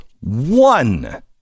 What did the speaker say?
One